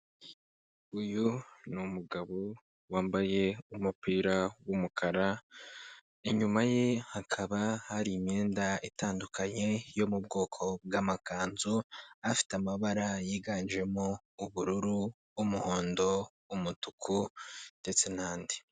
Uyu ni umugabo wambaye umupira w'umukara, inyuma ye hakaba hari imyenda itandukanye, yo mu bwoko bw'amakanzu, afite amabara yiganjemo ubururu, umuhondo, umutuku, ndetse n'andi.